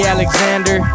Alexander